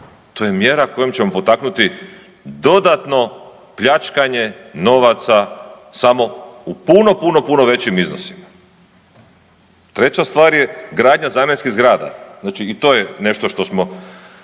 To je mjera kojom ćemo potaknuti dodatno pljačkanje novaca samo u puno, puno većim iznosima. Treća stvar je gradnja zamjenskih zgrada, znači i to je nešto što smo